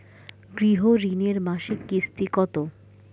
গৃহ ঋণের মাসিক কিস্তি কত হবে?